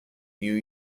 new